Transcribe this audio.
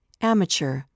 amateur